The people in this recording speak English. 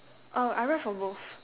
uh I write for both